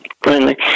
friendly